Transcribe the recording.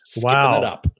Wow